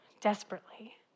desperately